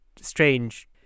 strange